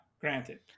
granted